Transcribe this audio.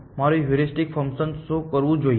મારું heuristic function શું કરવું જોઈએ